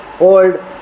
old